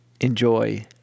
enjoy